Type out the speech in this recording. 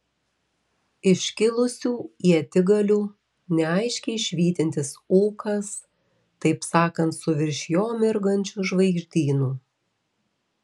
iškilusių ietigalių neaiškiai švytintis ūkas taip sakant su virš jo mirgančiu žvaigždynu